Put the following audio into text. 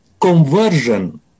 Conversion